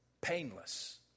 painless